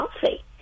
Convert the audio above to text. healthy